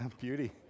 Beauty